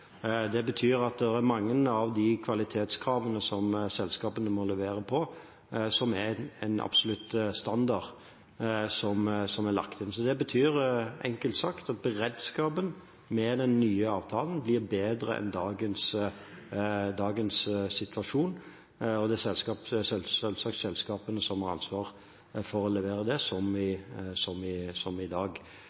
Det betyr at det er mange av de kvalitetskravene som selskapene må levere på som er en absolutt standard som er lagt inn. Det betyr enkelt sagt at beredskapen blir bedre med den nye avtalen enn den er i dagens situasjon, og det er selvsagt selskapene som har ansvaret for å levere dette, som i dag. Det er det som er realiteten, som